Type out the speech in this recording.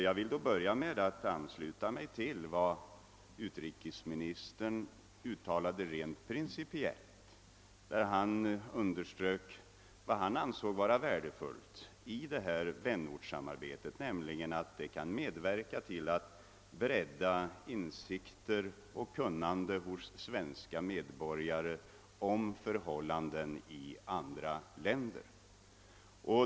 Jag vill börja med att ansluta mig till vad utrikesministern rent principiellt uttalade om vad han ansåg vara värdefullt i vänortssamarbetet, nämligen att detta kan medverka till att bredda insikter och kunnande hos svenska medborgare om förhållanden i andra länder.